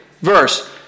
Verse